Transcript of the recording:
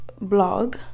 blog